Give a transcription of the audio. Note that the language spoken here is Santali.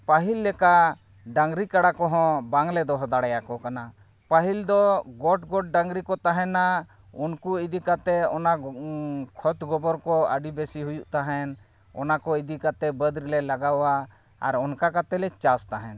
ᱯᱟᱹᱦᱤᱞ ᱞᱮᱠᱟ ᱰᱟᱝᱨᱤ ᱠᱟᱲᱟ ᱠᱚ ᱦᱚᱸ ᱵᱟᱝ ᱞᱮ ᱫᱚᱦᱚ ᱫᱟᱲᱮᱭᱟᱠᱚ ᱠᱟᱱᱟ ᱯᱟᱹᱦᱤᱞ ᱫᱚ ᱜᱚᱴ ᱜᱚᱴ ᱰᱟᱝᱨᱤ ᱠᱚ ᱛᱟᱦᱮᱱᱟ ᱩᱱᱠᱩ ᱤᱫᱤ ᱠᱟᱛᱮᱫ ᱚᱱᱟ ᱠᱷᱚᱛ ᱜᱳᱵᱚᱨ ᱠᱚ ᱟᱹᱰᱤ ᱵᱮᱥᱤ ᱦᱩᱭᱩᱜ ᱛᱟᱦᱮᱱ ᱚᱱᱟ ᱠᱚ ᱚᱱᱟ ᱠᱚ ᱤᱫᱤ ᱠᱟᱛᱮᱫ ᱵᱟᱹᱫ ᱨᱮᱞᱮ ᱞᱟᱜᱟᱣᱟ ᱟᱨ ᱚᱱᱠᱟ ᱠᱟᱛᱮᱫ ᱞᱮ ᱪᱟᱥ ᱛᱟᱦᱮᱸᱫ